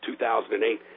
2008